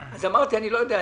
אמרתי: אני לא יודע,